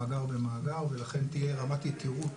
מאגר במאגר, ולכן תהיה רמת יתירות